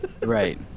Right